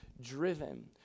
driven